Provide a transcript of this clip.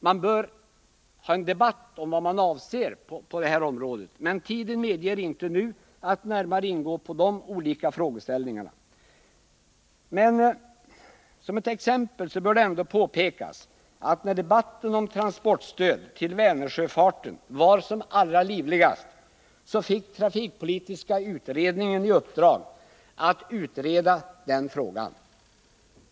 Det borde göras klart vart man egentligen syftar på det här området, men tiden medger inte att vi nu går närmare in på de olika frågeställningarna. Det bör ändå påpekas att när debatten om transportstöd till Vänersjöfarten var som allra livligast, fick trafikpolitiska utredningen i uppdrag att utreda den här frågan.